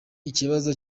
ikibazo